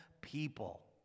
people